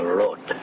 road